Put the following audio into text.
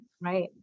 Right